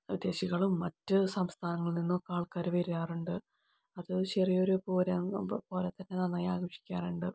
വിദേശികളും മറ്റു സംസ്ഥാനങ്ങളിൽ നിന്നൊക്കെ ആൾക്കാർ വരാറുണ്ട് അത് ചെറിയൊരു പൂരം അപ്പം പോലെയൊക്കെ തന്നെ നന്നായി ആഘോഷിക്കാറുണ്ട്